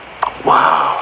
Wow